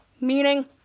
meaning